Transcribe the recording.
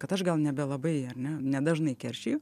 kad aš gal nebelabai ar ne nedažnai keršiju